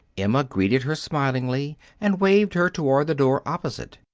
emma greeted her smilingly and waved her toward the door opposite.